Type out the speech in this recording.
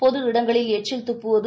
பொது இடங்களில் எச்சில் துப்புவது